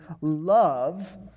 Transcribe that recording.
love